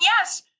yes